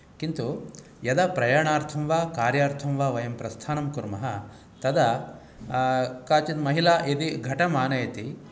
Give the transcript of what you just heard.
किन्तु यदा प्रयाणार्थं वा कार्यार्थं वा वयं प्रस्थानं कुर्मः तदा काचित् महिला यदि घटं आनयति